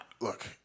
Look